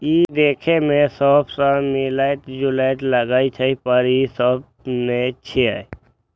ई देखै मे सौंफ सं मिलैत जुलैत लागै छै, पर ई सौंफ नै छियै